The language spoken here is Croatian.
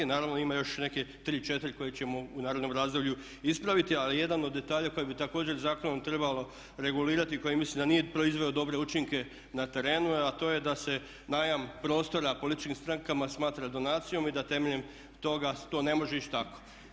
Naravno ima još neke tri, četiri koje ćemo u narednom razdoblju ispraviti, ali jedan od detalja koje bi također zakonom trebalo regulirati i koji mislim da nije proizveo dobre učinke na terenu, a to je da se najam prostora političkim strankama smatra donacijom i da temeljem toga to ne može ići tako.